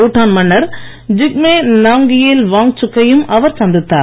பூட்டான் மன்னர் ஜிக்மே நாம்கியேல் வாங்சுக் கையும் அவர் சந்தித்தார்